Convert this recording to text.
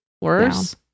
worse